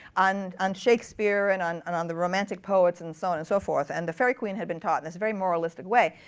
on on shakespeare, and on and on the romantic poets, and so on, and so forth. and the faerie queene had been taught in this very moralistic moralistic way.